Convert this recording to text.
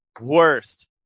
worst